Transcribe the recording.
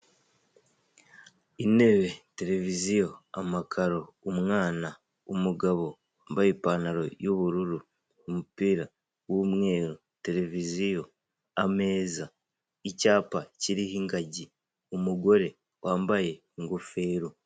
Intebe, tereviziyo, amakaro, umwana, umugabo wambaye ipantaro y'ubururu, umupira w'umweru, tereviziyo, ameza, icyapa kiriho ingagi, umugore wambaye ingofero.